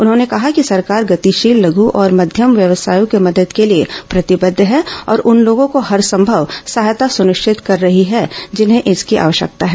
उन्होंने कहा कि सरकार गतिशील लघु और मध्यम व्यवसायों की मदद के लिए प्रतिबद्ध है और उन लोगों को हरसंभव सहायता सुनिश्चित कर रही हैं जिन्हें इसकी आवश्यकता है